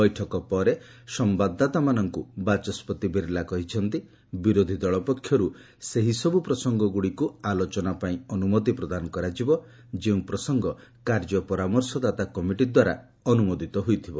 ବୈଠକ ପରେ ସମ୍ଭାଦଦାତାମାନଙ୍କୁ ବାଚସ୍କତି ବିଲା କହିଛନ୍ତି ବିରୋଧୀଦଳ ପକ୍ଷରୁ ସେହିସବୁ ପ୍ରସଙ୍ଗଗୁଡ଼ିକୁ ଆଲୋଚନା ପାଇଁ ଅନୁମତି ପ୍ରଦାନ କରାଯିବ ଯେଉଁ ପ୍ରସଙ୍ଗ କାର୍ଯ୍ୟ ପରାମର୍ଶଦାତା କମିଟି ଦ୍ୱାରା ଅନୁମୋଦିତ ହୋଇଥିବ